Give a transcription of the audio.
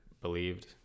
believed